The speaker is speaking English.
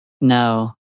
No